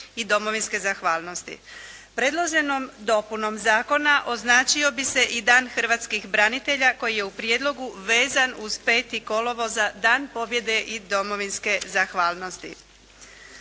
i domovinske zahvalnosti. Predloženom dopunom zakona označio bi se i dan hrvatskih branitelja koji je u prijedlogu vezan uz 5. kolovoza Dan pobjede i domovinske zahvalnosti.